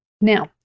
now